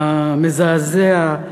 המזעזע,